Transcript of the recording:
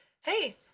Hey